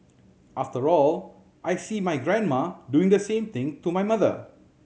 after all I see my grandma doing the same thing to my mother